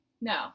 No